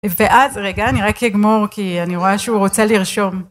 ואז רגע אני רק אגמור כי אני רואה שהוא רוצה לרשום.